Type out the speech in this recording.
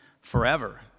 forever